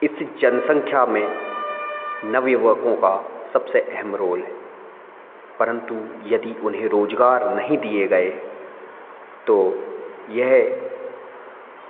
इस जनसंख्या में नवयुवकों का सबसे अहम रोल है परंतु यदि उन्हें रोज़गार नहीं दिए गए तो यह